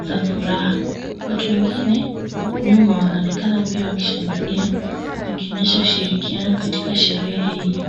za furaha. Watu wengine nyuma wanaonekana pia wakishangilia wakionyesha ushirikiano katika sherehe hiyo.